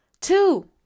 Two